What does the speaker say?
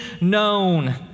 known